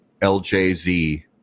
LJZ